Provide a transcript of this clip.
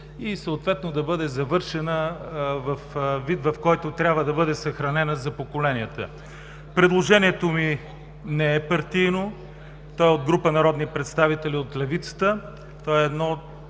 и съответно да бъде завършена във вид, в който трябва да бъде съхранена за поколенията. Предложението ми не е партийно. То е от група народни представители от левицата.